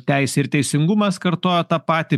teisė ir teisingumas kartojo tą patį